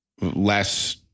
less